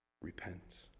Repent